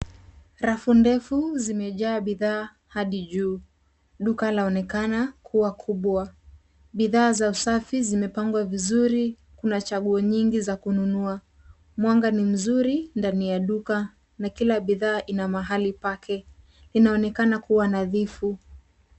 Rafu ndefu zimejaa bidhaa hadi juu. Duka laonekana kuwa kubwa. Bidhaa za usafi zimepangwa vizuri. Kuna chaguo nyingi za kununua. Mwanga ni mzuri ndani ya duka na kila bidhaa ina mahali pake. Inaonekana kuwa nadhifu.